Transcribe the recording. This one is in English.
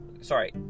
sorry